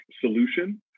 solution